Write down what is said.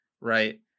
right